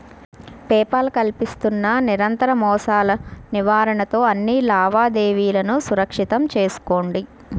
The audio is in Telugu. పే పాల్ కల్పిస్తున్న నిరంతర మోసాల నివారణతో అన్ని లావాదేవీలను సురక్షితం చేసుకోండి